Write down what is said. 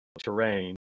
terrain